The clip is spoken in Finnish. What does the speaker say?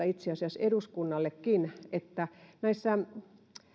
itse asiassa eduskunnallekin että näissä